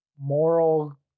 moral